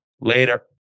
later